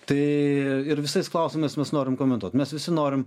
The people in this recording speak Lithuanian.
tai ir visais klausimais mes norim komentuot mes visi norim